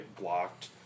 blocked